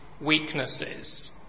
weaknesses